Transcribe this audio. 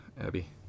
abby